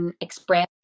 express